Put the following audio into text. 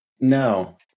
No